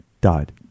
died